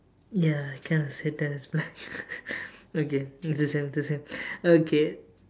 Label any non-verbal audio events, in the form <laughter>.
ya I kinda see that as black <laughs> okay is the same is the same okay